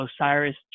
Osiris